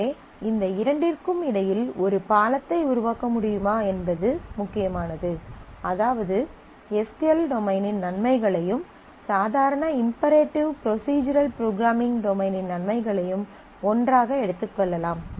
எனவே இந்த இரண்டிற்கும் இடையில் ஒரு பாலத்தை உருவாக்க முடியுமா என்பது முக்கியமானது அதாவது எஸ் க்யூ எல் டொமைனின் நன்மைகளையும் சாதாரண இம்பேரேட்டிவ் ப்ரொஸிஜரல் ப்ரோக்ராம்மிங் டொமைனின் நன்மைகளையும் ஒன்றாக எடுத்துக்கொள்ளலாம்